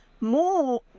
more